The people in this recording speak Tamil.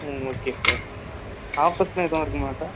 ம் ஓகே சார் ஆஃபெர்ஸெலாம் எதுவும் இருக்குமா சார்